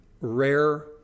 rare